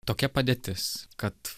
tokia padėtis kad